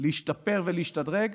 להשתפר ולהשתדרג.